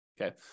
okay